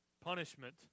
punishment